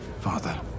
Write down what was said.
Father